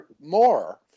more